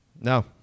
No